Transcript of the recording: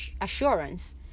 assurance